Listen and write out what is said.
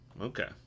Okay